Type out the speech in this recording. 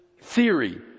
theory